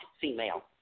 female